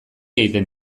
egiten